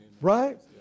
right